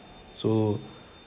so